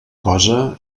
cosa